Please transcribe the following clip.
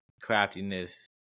craftiness